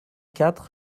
quatre